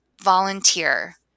Volunteer